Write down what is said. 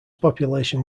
population